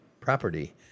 property